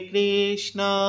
Krishna